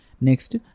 Next